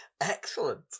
Excellent